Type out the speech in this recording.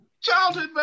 Childhood